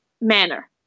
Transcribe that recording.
manner